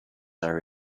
are